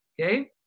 okay